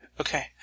Okay